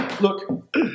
look